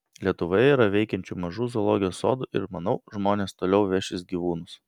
lietuvoje yra veikiančių mažų zoologijos sodų ir manau žmonės toliau vešis gyvūnus